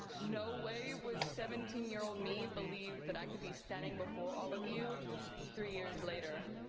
no way would seventeen year old me believe that i could be standing before all of you three years later.